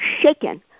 shaken